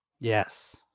Yes